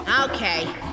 Okay